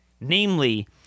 namely